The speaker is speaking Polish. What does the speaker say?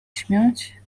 śmiać